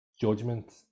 judgment